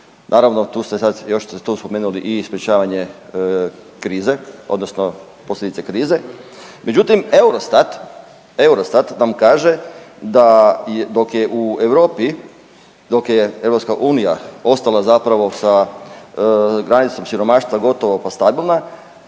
Naravno tu ste sad, još ste tu spomenuli i sprječavanje krize, odnosno posljedice krize. Međutim, EUROSTAT vam kaže da dok je u Europi, dok je EU ostala zapravo sa granicom siromaštva gotovo pa stabilna